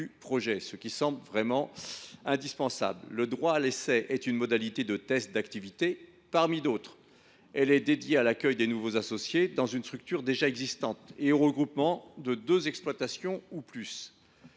projet. Un tel outil semble donc indispensable. Le droit à l’essai constitue une modalité de test d’activité parmi d’autres, dédiée à l’accueil de nouveaux associés dans une structure déjà existante et au regroupement de deux exploitations ou plus.